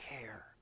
care